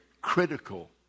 critical